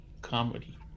comedy